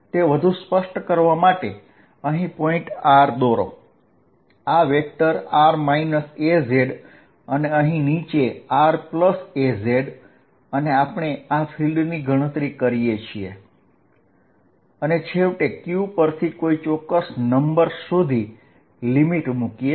તે વધુ સ્પષ્ટ કરવા માટે કરવા માટે અહીં પોઇન્ટ r દોરો આ વેક્ટર r a z અને અહીં નીચે ra z અને આપણે આ ફીલ્ડની ગણતરી કરીએ અને છેવટે q પરથી કોઈ ચોક્કસ નંબર સુધી લિમિટ મૂકીએ